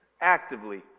actively